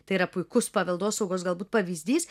tai yra puikus paveldosaugos galbūt pavyzdys